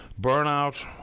Burnout